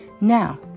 Now